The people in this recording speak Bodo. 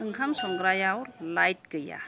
ओंखाम संग्रायाव लाइट गैया